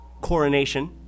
Coronation